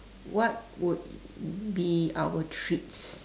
what would be our treats